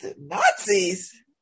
Nazis